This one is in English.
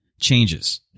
changes